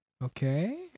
Okay